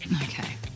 Okay